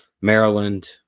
Maryland